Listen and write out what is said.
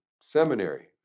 seminary